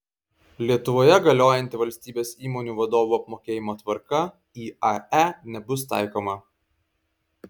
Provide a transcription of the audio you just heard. lietuvoje galiojanti valstybės įmonių vadovų apmokėjimo tvarka iae nebus taikoma